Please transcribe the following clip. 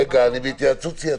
רגע, אני בהתייעצות סיעתית.